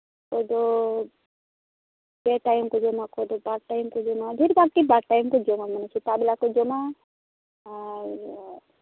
ᱟᱠᱚᱭ ᱫᱚ ᱯᱮ ᱴᱟᱭᱤᱢ ᱠᱚ ᱡᱚᱢᱟ ᱚᱠᱚᱭ ᱫᱚ ᱵᱟᱨ ᱴᱟᱭᱤᱢ ᱠᱚ ᱡᱚᱢᱟ ᱰᱷᱮᱨ ᱫᱚ ᱵᱟᱨ ᱴᱟᱭᱤᱢ ᱠᱚ ᱡᱚᱢᱟ ᱢᱟᱱᱮ ᱥᱮᱛᱟᱜ ᱵᱮᱞᱟ ᱠᱚ ᱡᱚᱢᱟ ᱟᱨ